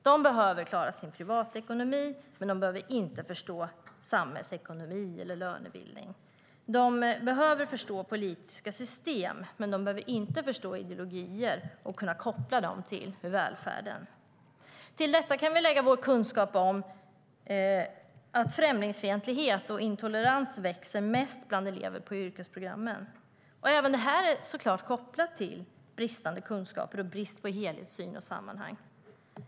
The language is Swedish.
De behöver klara sin privatekonomi, men de behöver inte förstå samhällsekonomi eller lönebildning. De behöver förstå politiska system, men de behöver inte förstå ideologier och kunna koppla dem till välfärden. Till detta kan vi lägga vår kunskap om att främlingsfientlighet och intolerans växer mest bland elever på yrkesprogrammen. Även det är såklart kopplat till bristande kunskaper och brist på helhetssyn och sammanhang.